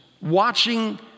watching